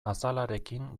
azalarekin